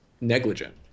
negligent